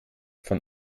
von